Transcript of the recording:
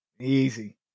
Easy